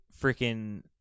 freaking